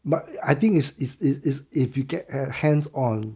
but I think is is it is if you get a hands on